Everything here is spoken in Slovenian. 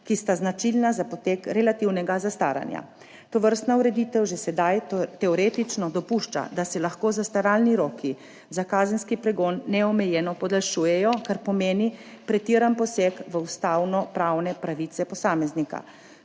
ki sta značilna za potek relativnega zastaranja. Tovrstna ureditev že sedaj teoretično dopušča, da se lahko zastaralni roki za kazenski pregon neomejeno podaljšujejo, kar pomeni pretiran poseg v ustavnopravne pravice posameznika.